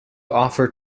offer